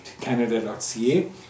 canada.ca